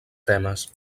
temes